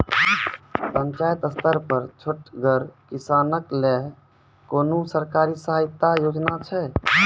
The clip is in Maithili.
पंचायत स्तर पर छोटगर किसानक लेल कुनू सरकारी सहायता योजना छै?